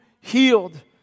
healed